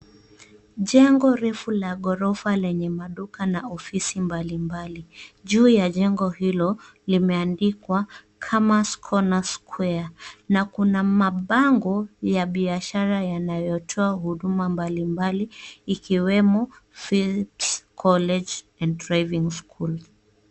Jengo refu la ghorofa lenye maduka na ofisi mbalimbali. Juu ya jengo hilo, limeandikwa Kama's corner's square na kuna mabango ya biashara yanayotoa huduma mbalimbali, ikiwemo phillips college and driving school.